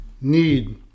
need